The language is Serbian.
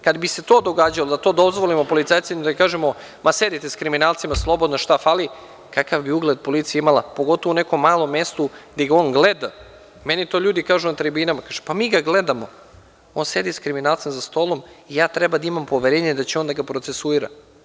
Kada bi se to događalo da to dozvolimo policajcima, da im kažemo, ma sedite s kriminalcima slobodno, šta fali, kakav bi ugled policija imala, pogotovo u nekom malom mestu, gde ga on gleda, meni to ljudi kažu na tribinama, pa mi ga gledamo, on sedi sa kriminalcem za stolom i ja treba da imam poverenja da će on da ga procesuira.